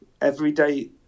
everyday